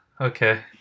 Okay